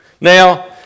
Now